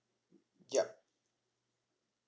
yup